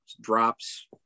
drops